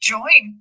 join